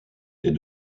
est